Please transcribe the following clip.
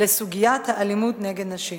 לסוגיית האלימות נגד נשים.